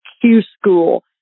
Q-School